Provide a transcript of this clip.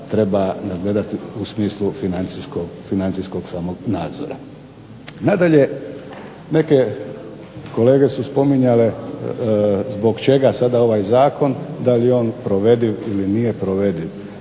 treba nadgledati u smislu financijskog samog nadzora. Nadalje, neke kolege su spominjale zbog čega sada ovaj zakon, da li je on provediv ili nije provediv?